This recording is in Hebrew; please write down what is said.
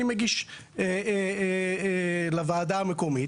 אני מגיש לוועדה המקומית,